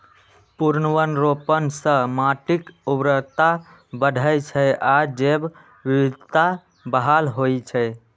पुनर्वनरोपण सं माटिक उर्वरता बढ़ै छै आ जैव विविधता बहाल होइ छै